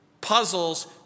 puzzles